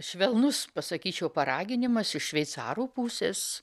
švelnus pasakyčiau paraginimas iš šveicarų pusės